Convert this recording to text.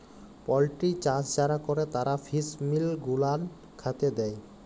poultry চাষ যারা ক্যরে তারা ফিস মিল গুলান খ্যাতে দেই